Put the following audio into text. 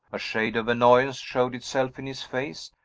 a shade of annoyance showed itself in his face,